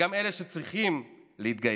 וגם אלה שצריכים להתגייס.